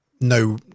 no